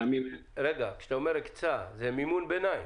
רגע, כשאתה אומר הקצה, זה מימון ביניים?